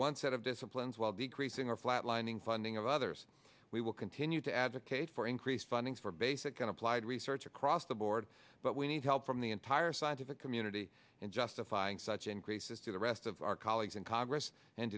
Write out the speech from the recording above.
one set of disciplines while decreasing our flatlining funding of others we will continue to advocate for increased funding for basic and applied research across the board but we need help from the entire scientific community in justifying such increases to the rest of our colleagues in congress and